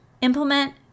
implement